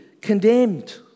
condemned